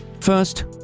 First